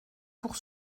pour